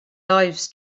lives